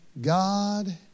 God